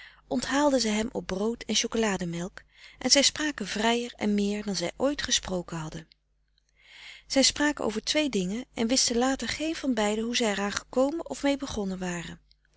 onthaalde zij hem op brood en chocolade melk en zij spraken vrijer en meer dan zij ooit gesproken hadden zij spraken over twee dingen en wisten later geen van beiden hoe zij er aan gekomen of mee begonnen waren